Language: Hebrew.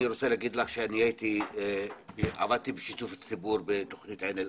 אני רוצה להגיד לך שאני עבדתי בשיתוף ציבור בתוכנית של עין-אל-אסאד.